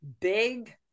big